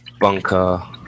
bunker